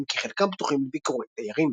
אם כי חלקם פתוחים לביקורי תיירים.